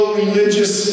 religious